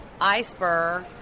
iceberg